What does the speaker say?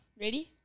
Ready